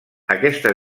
aquesta